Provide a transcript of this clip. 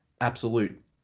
Absolute